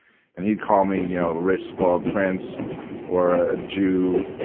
and he'd call me you know a rich, spoiled prince or a jew,